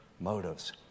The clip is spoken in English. motives